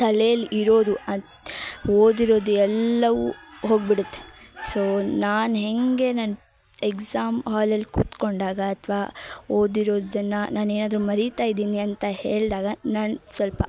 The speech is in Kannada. ತಲೆಲಿ ಇರೋದು ಅಂತ ಓದಿರೋದೆಲ್ಲವೂ ಹೋಗಿಬಿಡುತ್ತೆ ಸೋ ನಾನು ಹೇಗೆ ನಾನು ಎಕ್ಸಾಮ್ ಹಾಲಲ್ಲಿ ಕುತ್ಕೊಂಡಾಗ ಅಥ್ವಾ ಓದಿರೋದನ್ನು ನಾನೇನಾದರು ಮರಿತಾ ಇದ್ದೀನಿ ಅಂತ ಹೇಳ್ದಾಗ ನಾನು ಸ್ವಲ್ಪ